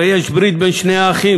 הרי יש ברית בין שני האחים.